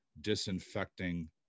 disinfecting